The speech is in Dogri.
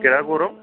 केह्ड़ा गौरव